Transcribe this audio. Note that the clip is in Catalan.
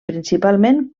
principalment